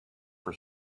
for